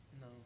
No